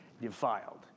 defiled